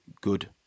good